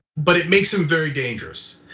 but it makes him very dangerous.